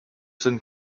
sind